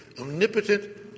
omnipotent